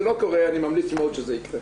אם זה לא קורה, אני ממליץ מאוד שזה יקרה.